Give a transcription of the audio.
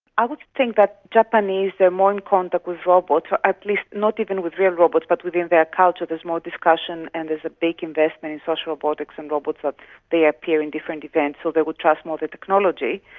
i would think that japanese, they're more in contact with robots, at least not even with real robots but within their culture there's more discussion and there's a big investment in social robotics and robots that they appear in different events, so they will trust more the technology.